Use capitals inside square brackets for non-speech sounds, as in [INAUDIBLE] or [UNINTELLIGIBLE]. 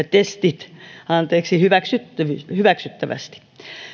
[UNINTELLIGIBLE] testit hyväksyttävästi